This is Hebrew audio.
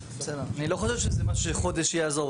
אני לא חושב שזה משהו שחודש יעזור.